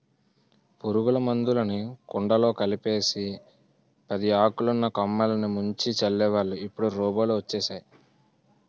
పురుగుల మందులుని కుండలో కలిపేసి పదియాకులున్న కొమ్మలిని ముంచి జల్లేవాళ్ళు ఇప్పుడు రోబోలు వచ్చేసేయ్